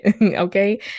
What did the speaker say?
okay